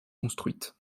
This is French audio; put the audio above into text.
construites